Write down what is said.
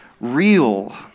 real